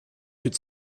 could